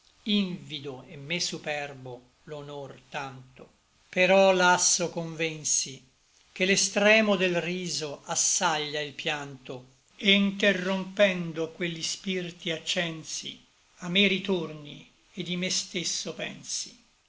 invido et me superbo l'onor tanto però lasso convensi che l'extremo del riso assaglia il pianto e nterrompendo quelli spirti accensi a me ritorni et di me stesso pensi